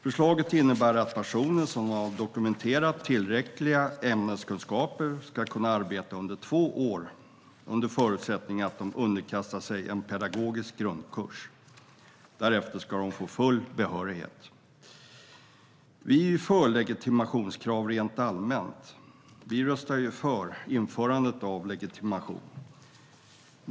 Förslaget innebär att personer som har dokumenterat tillräckliga ämneskunskaper ska kunna arbeta under två år under förutsättning att de underkastar sig en pedagogisk grundkurs. Därefter ska de få full behörighet. Vi är för legitimationskrav rent allmänt. Vi röstade för införandet av legitimation.